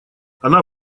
она